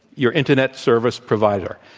your internet service provider.